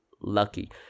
lucky